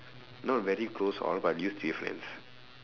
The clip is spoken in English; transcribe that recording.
not very close all but used to be friends